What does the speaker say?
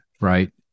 right